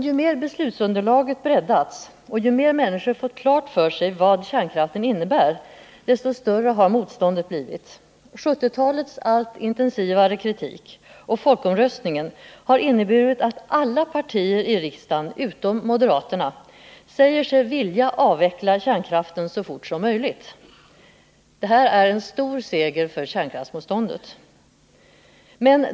Ju mer beslutsunderlaget breddats och människor fått klart för sig vad kärnkraften innebär, desto större har motståndet blivit. 1970-talets allt intensivare kritik och folkomröstningen har inneburit att alla partier i riksdagen utom moderaterna säger sig vilja avveckla kärnkraften så fort som möjligt. Det är en stor seger för kärnkraftsmotståndet!